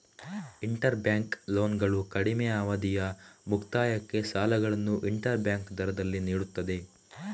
inter bank ಲೋನ್ಗಳು ಕಡಿಮೆ ಅವಧಿಯ ಮುಕ್ತಾಯಕ್ಕೆ ಸಾಲಗಳನ್ನು ಇಂಟರ್ ಬ್ಯಾಂಕ್ ದರದಲ್ಲಿ ನೀಡುತ್ತದೆ